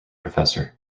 professor